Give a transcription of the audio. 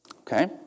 Okay